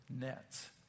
nets